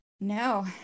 No